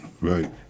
Right